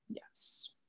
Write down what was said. Yes